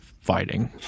fighting